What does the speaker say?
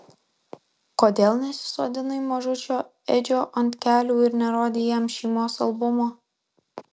kodėl nesisodinai mažučio edžio ant kelių ir nerodei jam šeimos albumo